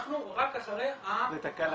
אנחנו רק אחרי ה --- זו תקלה,